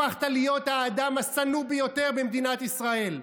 הפכת להיות האדם השנוא ביותר במדינת ישראל.